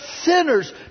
sinners